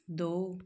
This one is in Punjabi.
ਦੋ